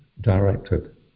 directed